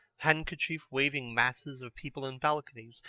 handkerchief-waving masses of people in balconies,